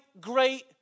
great